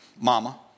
Mama